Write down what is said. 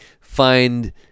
find